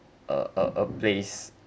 a a a place